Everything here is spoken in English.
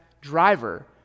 driver